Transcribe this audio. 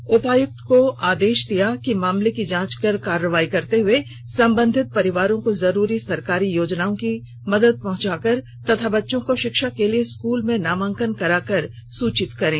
पलामू के उपायुक्त को आदेश दिया है कि मामले की जाँच कर कार्रवाई करते हुए संबंधित परिवारों को जरूरी सरकारी योजनाओं से मदद पहुँचाकर तथा बच्चों को शिक्षा के लिये स्कल में नामांकन करा कर सुचित करें